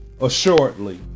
Assuredly